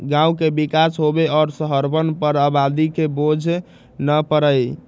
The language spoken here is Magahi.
गांव के विकास होवे और शहरवन पर आबादी के बोझ न पड़ई